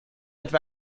etwa